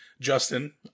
Justin